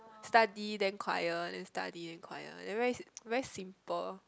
study then choir then study then choir then very very simple